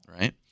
right